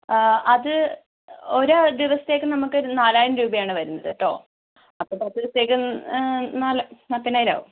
ആ അത് ഒരു ദിവസത്തേക്ക് നമുക്ക് നാലായിരം രൂപ ആണ് വരുന്നത് കേട്ടോ അപ്പോൾ പത്ത് ദിവസത്തേക്ക് നാല്പതിനായിരം ആവും